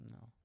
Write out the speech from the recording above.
no